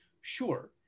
sure